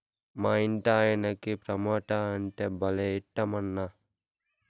మా ఇంటాయనకి టమోటా అంటే భలే ఇట్టమన్నా